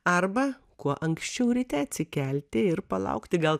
arba kuo anksčiau ryte atsikelti ir palaukti gal